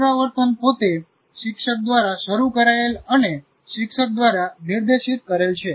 પુનરાવર્તનપોતે શિક્ષક દ્વારા શરૂ કરાયેલ અને શિક્ષક દ્વારા નિર્દેશિત કરેલ છે